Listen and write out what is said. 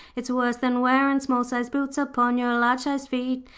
it's worse than wearin' small-sized boots upon your large-sized feet.